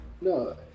No